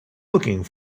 looking